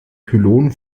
pylon